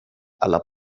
alla